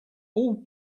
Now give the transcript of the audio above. all